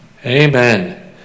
Amen